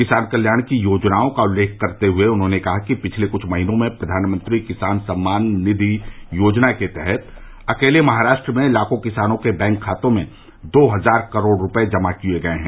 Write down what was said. किसान कल्याण की योजनाओं का उल्लेख करते हुए उन्होंने कहा कि पिछले कुछ महीनों में प्रधानमंत्री किसान सम्मान निधि योजना के तहत अकेले महाराष्ट्र में लाखों किसानों के बैंक खातों में दो हजार करोड़ रुपये जमा किये गये हैं